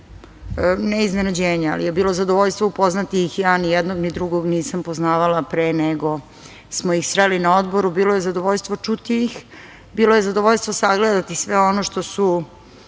ne iznenađenja, ali bilo je zadovoljstvo upoznati ih. Ja ni jednog ni drugog nisam poznavala, pre nego smo ih sreli na Odboru i bilo je zadovoljstvo čuti ih, bilo je zadovoljstvo sagledati sve ono što su